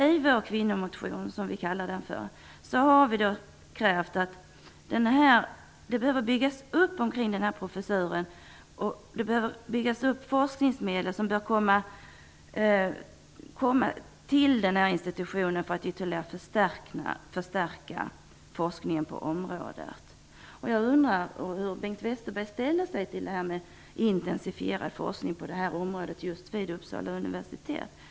I vår kvinnomotion -- som vi kallar den för -- kräver vi att en ny institution byggs upp omkring denna professur och att forskningsmedel tillkommer denna institution för att förstärka forskningen på området. Jag undrar hur Bengt Westerberg ställer sig till frågan om intensifierad forskning på området vid Uppsala universitet.